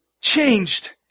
changed